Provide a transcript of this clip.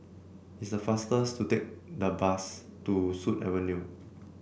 is the fastest to take the bus to Sut Avenue